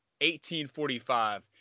1845